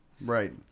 right